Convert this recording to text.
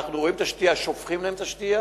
אנחנו רואים את השתייה, שופכים להם את השתייה,